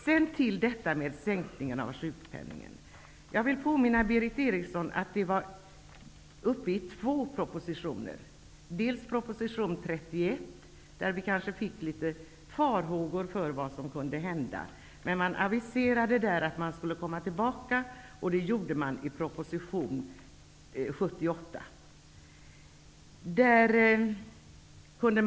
Jag kommer nu till sänkningen av sjukpenningen. Jag vill påminna Berith Eriksson att ärendet har varit aktuellt i två propositioner. Dels i proposition 31, där vissa farhågor om vad som kunde hända förespeglades, och det aviserades om att man skulle komma tillbaka. Dels i proposition 178, i vilken regeringen kom tillbaka i frågan.